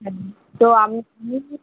হ্যাঁ তো আমি